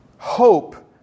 hope